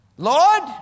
Lord